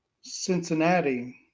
Cincinnati